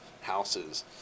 houses